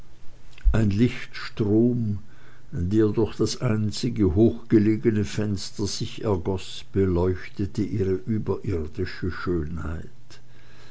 ein lichtstrom der durch das einzige hochgelegene fenster sich ergoß beleuchtete ihre überirdische schönheit